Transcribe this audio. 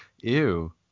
Ew